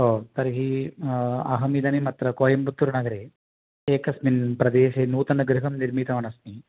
ओ तर्हि अहमिदानीम् अत्र कोयम्बत्तूर् नगरे एकस्मिन् प्रदेशे नूतनगृहं निर्मितवानस्मि